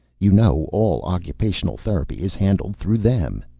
you know all occupational therapy is handled through them.